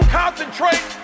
concentrate